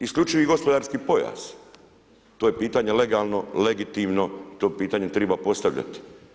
Isključivi gospodarski pojas, to je pitanje legalno, legitimno, to pitanje treba postavljati.